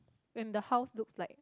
when the house looks like